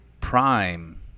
Prime